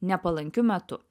nepalankiu metu